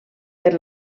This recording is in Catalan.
per